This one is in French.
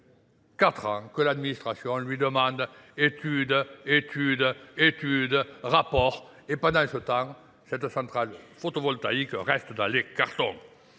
ans que l'administration lui demande étude, étude, étude, rapport, et pendant ce temps, cette centrale photovoltaïque reste dans les cartons.